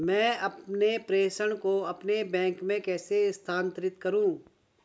मैं अपने प्रेषण को अपने बैंक में कैसे स्थानांतरित करूँ?